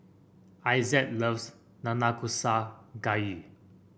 Isaac loves Nanakusa Gayu